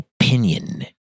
opinion